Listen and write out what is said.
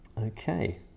Okay